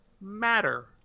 matter